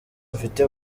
mfite